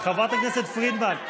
חברת הכנסת פרידמן,